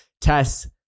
Tess